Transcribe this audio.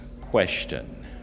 question